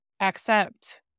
accept